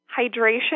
Hydration